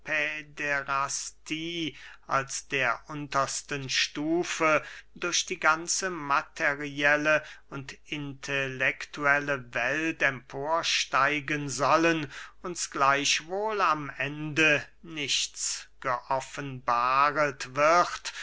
päderastie als der untersten stufe durch die ganze materielle und intellektuelle welt emporsteigen sollen uns gleichwohl am ende nichts geoffenbaret wird